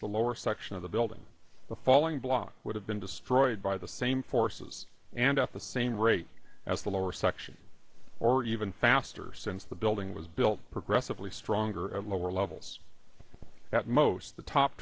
the lower section of the building the falling block would have been destroyed by the same forces and at the same rate as the lower section or even faster since the building was built progressively stronger at lower levels at most the top